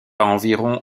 environ